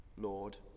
Lord